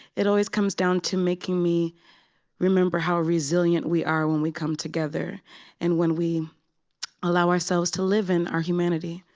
it always comes down to making me remember how resilient we are when we come together and when we allow ourselves to live in our humanity.